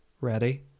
Ready